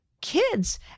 kids